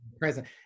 present